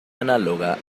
análoga